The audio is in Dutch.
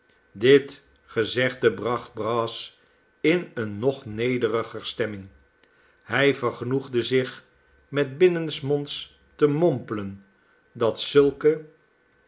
dit gezegde bracht brass in eene nog nederiger stemming hij vergenoegde zich met binnensmonds te mompelen dat zulke